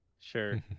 sure